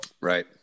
Right